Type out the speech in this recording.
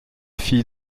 fille